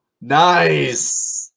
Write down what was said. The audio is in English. nice